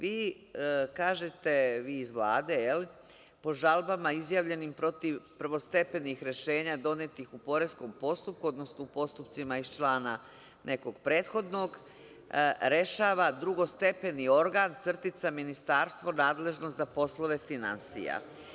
Vi iz Vlade kažete – po žalbama izjavljenim protiv prvostepenih rešenja, donetih u poreskom postupku, odnosno u postupcima iz člana nekog prethodnog, rešava drugostepeni organ – ministarstvo nadležno za poslove finansija.